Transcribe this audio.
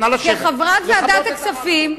שכחברת ועדת הכספים,